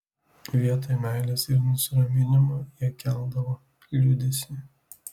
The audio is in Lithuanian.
vietoj meilės ir nusiraminimo jie keldavo liūdesį